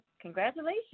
Congratulations